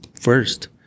First